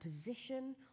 position